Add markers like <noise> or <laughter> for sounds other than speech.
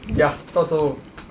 ya 到时候 <noise>